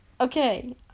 Okay